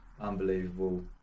unbelievable